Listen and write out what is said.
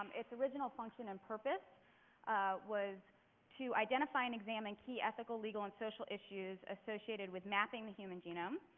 um its original function and purpose was to identify and examine key ethical, legal and social issues associated with mapping the human genome,